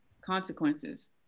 consequences